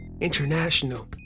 International